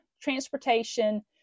transportation